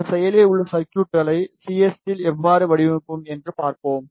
இந்த செயலில் உள்ள சர்குய்ட்களை சிஎஸ்டியில் எவ்வாறு வடிவமைப்போம் என்று பார்ப்போம்